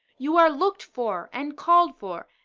you are looked for and called for,